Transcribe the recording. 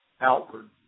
outward